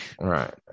right